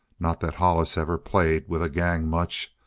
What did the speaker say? not that hollis ever played with a gang much,